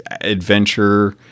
adventure